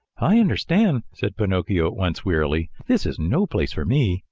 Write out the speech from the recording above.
i understand, said pinocchio at once wearily, this is no place for me!